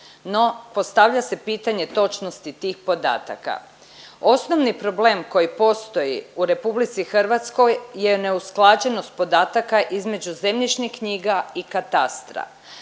no postavlja se pitanje točnosti tih podataka. Osnovni problem koji postoji u RH je neusklađenost podataka između zemljišnih knjiga i katastra.